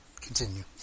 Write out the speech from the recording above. continue